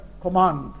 command